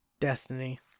Destiny